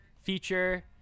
feature